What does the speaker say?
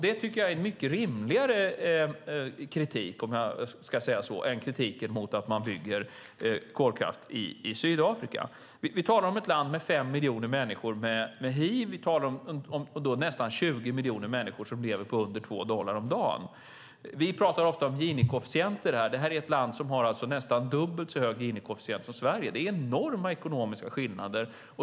Det är en mycket rimligare kritik än kritiken mot att man bygger kolkraft i Sydafrika. Vi talar om ett land med 5 miljoner hivsmittade människor och nästan 20 miljoner människor som lever på under 2 dollar om dagen. Vi talar ofta om Gini-koefficienten. Sydafrika har nästan dubbelt så hög Gini-koefficient som Sverige. Det är enorma ekonomiska skillnader.